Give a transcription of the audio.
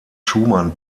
schumann